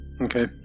Okay